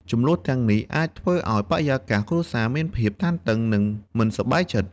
ជម្លោះទាំងនេះអាចធ្វើឲ្យបរិយាកាសគ្រួសារមានភាពតានតឹង និងមិនសប្បាយចិត្ត។